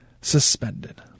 suspended